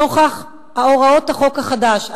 נוכח הוראות החוק החדש,